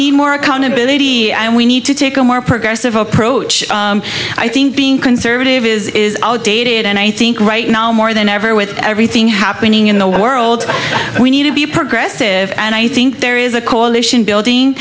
need more accountability and we need to take a more progressive approach i think being conservative is outdated and i think right now more than ever with everything happening in the world we need to be progressive and i think there is a coalition building